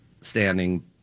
standing